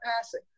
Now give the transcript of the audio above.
passing